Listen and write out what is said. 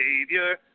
Savior